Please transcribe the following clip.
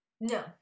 no